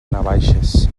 navaixes